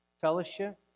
fellowship